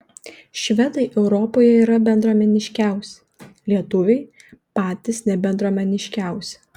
švedai europoje yra bendruomeniškiausi lietuviai patys nebendruomeniškiausi